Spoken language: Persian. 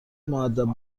مودب